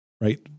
right